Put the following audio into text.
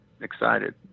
excited